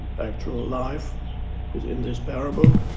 actual life is in this parable,